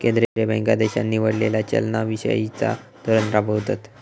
केंद्रीय बँका देशान निवडलेला चलना विषयिचा धोरण राबवतत